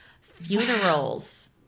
Funerals